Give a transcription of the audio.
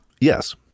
Yes